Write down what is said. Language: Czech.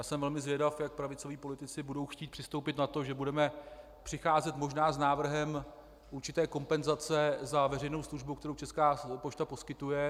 Jsem velmi zvědav, jak pravicoví politici budou chtít přistoupit na to, že budeme přicházet možná s návrhem určité kompenzace za veřejnou službu, kterou Česká pošta poskytuje.